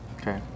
Okay